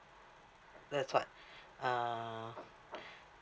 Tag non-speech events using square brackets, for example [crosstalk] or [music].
that's what [breath] uh